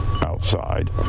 outside